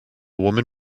woman